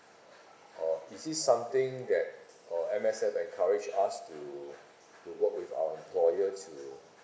uh is this something that uh M_S_F encourage us to to work with our employer to